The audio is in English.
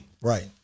right